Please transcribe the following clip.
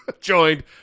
joined